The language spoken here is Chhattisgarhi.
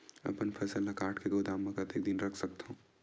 अपन फसल ल काट के गोदाम म कतेक दिन तक रख सकथव?